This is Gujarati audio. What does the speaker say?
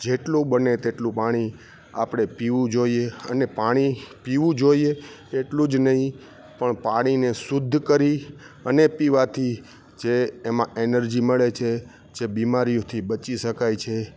જેટલું બને તેટલું પાણી આપણે પીવું જોઈએ અને પાણી પીવું જોઈએ એટલુંજ નહી પણ પાણીને શુદ્ધ કરી અને પીવાથી જે એમાં એનર્જી મળે છે જે બીમારીથી બચી શકાય છે